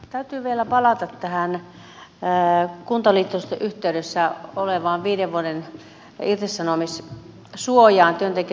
täytyy vielä palata tähän kuntaliitosten yhteydessä olevaan viiden vuoden irtisanomissuojaan työntekijöitten osalta